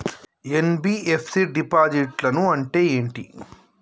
NBFC డిపాజిట్లను అంటే ఏంటి?